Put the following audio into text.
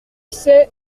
sait